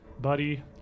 Buddy